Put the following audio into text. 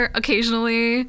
occasionally